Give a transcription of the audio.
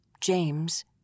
James